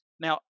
Now